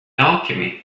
alchemy